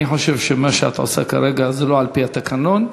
אני חושב שמה שאת עושה כרגע זה לא על-פי התקנון,